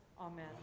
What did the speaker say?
Amen